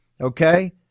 Okay